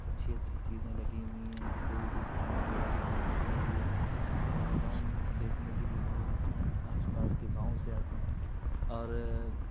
اچھی اچھی چیزیں لگی ہوئی ہیں کوئی بھی کھانے پینے کی چیز لگی ہوئی ہے ہمارے گاؤں میں دیکھنے کے لیے لوگ آتے ہیں آس پاس کے گاؤں سے آتے ہیں اور